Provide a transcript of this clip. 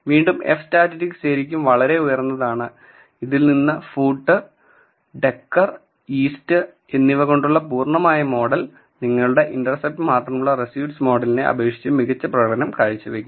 വീണ്ടും F statistics ശരിക്കും വളരെ ഉയർന്നതാണ് ഇതിൽനിന്ന് ഫൂട്ട്ഡെക്കർഈസ്റ്റ് എന്നിവകൊണ്ടുള്ള പൂർണ്ണമായ മോഡൽ നിങ്ങളുടെ ഇന്റർസെപ്റ് മാത്രമുള്ള റെഡ്യൂസ്ഡ് മോഡലിനെ അപേക്ഷിച്ച് മികച്ച പ്രകടനം കാഴ്ചവയ്ക്കുന്നു